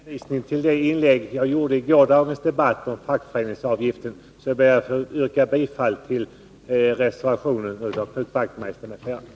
Herr talman! Med hänvisning till det inlägg som jag gjorde i gårdagens debatt om fackföreningsavgifter ber jag att få yrka bifall till reservationen av Knut Wachtmeister m.fl.